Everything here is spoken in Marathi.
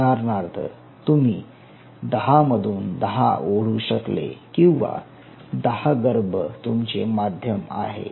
उदाहरणार्थ तुम्ही दहा मधून दहा ओढू शकले किंवा 10 गर्भ तुमचे माध्यम आहे